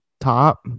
top